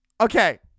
Okay